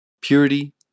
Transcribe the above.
purity